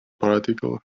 particle